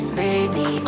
baby